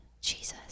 Jesus